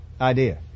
idea